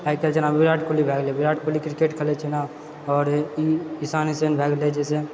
आइ काल्हि जेना विराट कोहली भए गेले विराट कोहली क्रिकेट खेलय छै ने ई ईआओर ईशान किशन भए गेले जहिसँ